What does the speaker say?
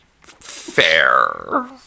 Fair